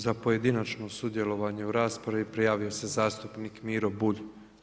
Za pojedinačno sudjelovanje u raspravi prijavio se zastupnik Miro Bulj.